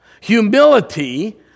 humility